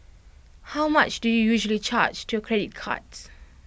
how much do you usually charge to your credit cards